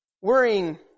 Worrying